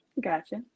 Gotcha